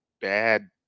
bad